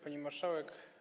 Pani Marszałek!